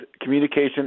communication